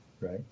right